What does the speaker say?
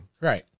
Right